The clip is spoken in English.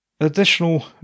Additional